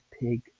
pig